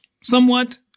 somewhat